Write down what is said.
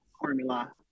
formula